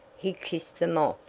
he kissed them off,